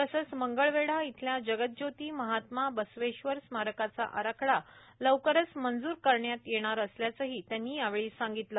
तसंच मंगळवेढा इथल्या जगद्ज्योती महात्मा बसवेश्वर स्मारकाचा आराखडा लवकरच मंजूर करण्यात येणार असल्याचंही त्यांनी यावेळी सांगितलं